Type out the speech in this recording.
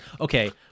Okay